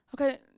Okay